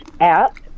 app